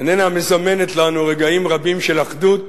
איננה מזמנת לנו רגעים רבים של אחדות,